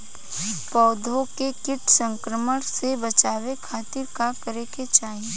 पौधा के कीट संक्रमण से बचावे खातिर का करे के चाहीं?